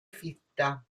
fitta